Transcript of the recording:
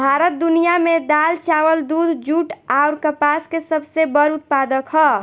भारत दुनिया में दाल चावल दूध जूट आउर कपास के सबसे बड़ उत्पादक ह